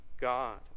God